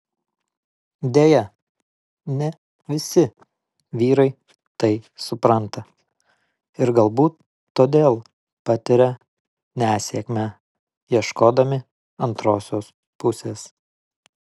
deja ne visi vyrai tai supranta ir galbūt todėl patiria nesėkmę ieškodami antrosios pusės